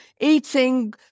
eating